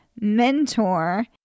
mentor